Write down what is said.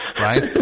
Right